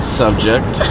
subject